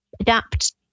adapt